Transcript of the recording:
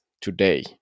today